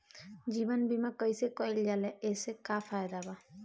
जीवन बीमा कैसे कईल जाला एसे का फायदा बा?